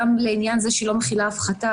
גם לעניין זה שהיא לא מכילה הפחתה,